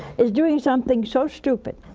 is doing something so stupid